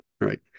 Right